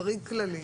חריג כללי.